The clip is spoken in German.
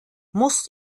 muss